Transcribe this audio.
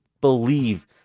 believe